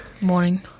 Morning